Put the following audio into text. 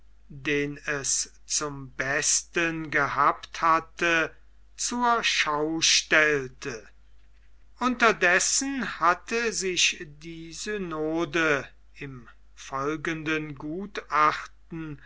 den es zum besten gehabt hatte zur schau stellte unterdessen hatte sich die synode im folgenden gutachten